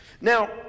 Now